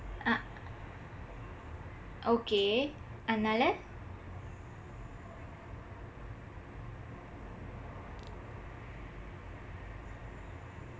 ah okay அதனால:athanaala